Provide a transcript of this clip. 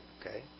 okay